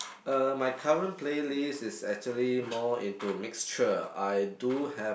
uh my current playlist is actually more into mixture I do have